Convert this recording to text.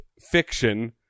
fiction